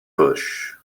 bush